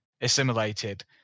assimilated